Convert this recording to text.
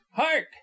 hark